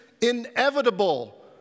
inevitable